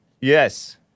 Yes